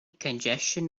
congestion